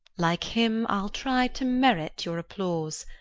like him, i'll try to merit your applause,